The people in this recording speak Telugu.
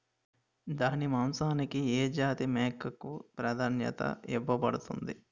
దాని మాంసానికి ఏ జాతి మేకకు ప్రాధాన్యత ఇవ్వబడుతుంది?